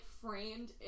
framed